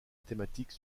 thématique